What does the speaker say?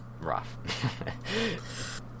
rough